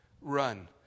run